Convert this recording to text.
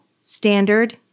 standard